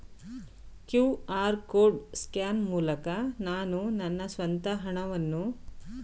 QR code scan ಮೂಲಕ ನಾನು ನನ್ನ ಸ್ವಂತ ಹಣವನ್ನು ಪಾವತಿಸಬಹುದೇ?